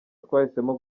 twahisemo